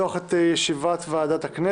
שלום לכולם, אני מתכבד לפתוח את ישיבת ועדת הכנסת.